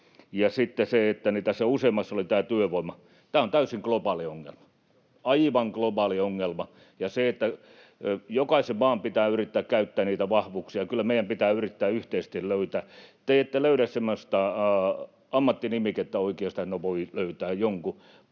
Sitten tässä useammassa oli tämä työvoima. Tämä on täysin globaali ongelma — aivan globaali ongelma. Jokaisen maan pitää yrittää käyttää niitä vahvuuksiaan. Kyllä meidän pitää yrittää yhteisesti löytää. Te ette oikeastaan löydä semmoista ammattinimikettä — no voi löytää jonkun